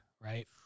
right